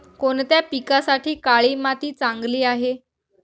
कोणत्या पिकासाठी काळी माती चांगली आहे?